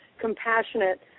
compassionate